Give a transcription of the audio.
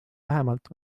lähemalt